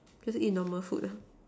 just eat normal food ah